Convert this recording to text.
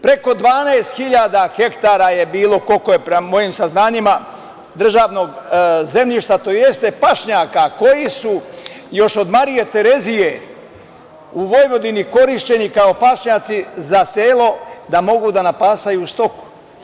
Preko 12.000 hektara je bilo, prema mojim saznanjima, državnog zemljišta, tj. pašnjaka koji su još od Marije Terezije u Vojvodini korišćeni kao pašnjaci za selo da mogu da napasaju stoku.